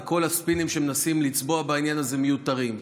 וכל הספינים שמנסים לצבוע בעניין הזה מיותרים.